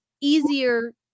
easier